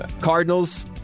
Cardinals